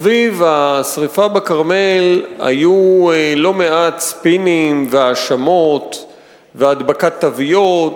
סביב השרפה בכרמל היו לא מעט ספינים והאשמות והדבקת תוויות,